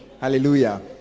Hallelujah